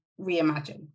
reimagine